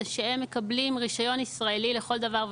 שהם מקבלים רישיון ישראלי לכל דבר ועניין,